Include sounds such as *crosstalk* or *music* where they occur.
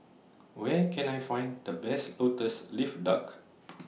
Where Can I Find The Best Lotus Leaf Duck *noise*